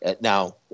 Now